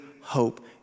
hope